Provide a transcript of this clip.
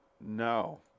No